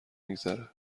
میگذره